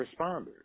responders